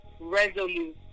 resolute